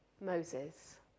Moses